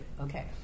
okay